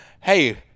Hey